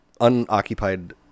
unoccupied